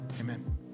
amen